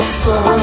sun